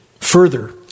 Further